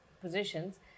positions